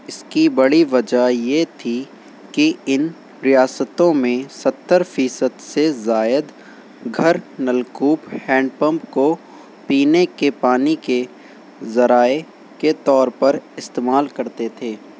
اس کی بڑی وجہ یہ تھی کہ ان ریاستوں میں ستر فیصد سے زائد گھر نلکوپ ہینڈ پمپ کو پینے کے پانی کے ذرائع کے طور پر استعمال کرتے تھے